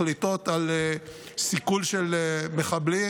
מחליטות על סיכול של מחבלים,